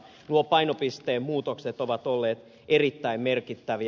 nuo painopisteen muutokset ovat olleet erittäin merkittäviä